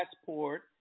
passport